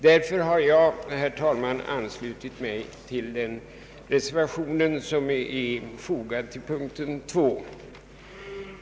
Därför har jag, herr talman, anslutit mig till den reservation som är fogad vid utskottets utlåtande i punkten 2.